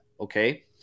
Okay